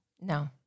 No